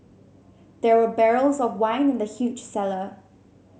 there were barrels of wine in the huge cellar